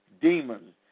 demons